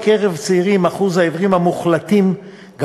אחוז העיוורים המוחלטים בקרב צעירים